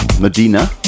Medina